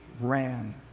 ran